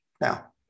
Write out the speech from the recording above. now